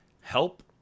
help